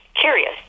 curious